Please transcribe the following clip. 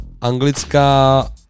Anglická